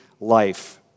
life